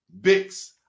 Bix